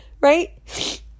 right